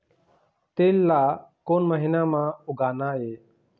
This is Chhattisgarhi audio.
तील ला कोन महीना म उगाना ये?